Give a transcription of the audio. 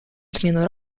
отмену